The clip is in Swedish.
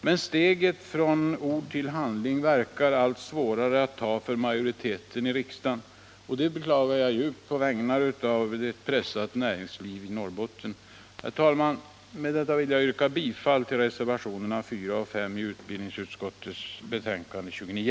Men steget från ord till handling verkar bli allt svårare att ta för majoriteten i riksdagen. Det beklagar jag djupt på vägnar av ett pressat näringsliv i Norrbotten. Herr talman! Med detta vill jag yrka bifall till reservationerna 4 och 5 vid utbildningsutskottets betänkande nr 29.